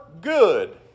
good